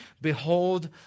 behold